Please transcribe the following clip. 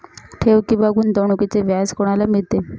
ठेव किंवा गुंतवणूकीचे व्याज कोणाला मिळते?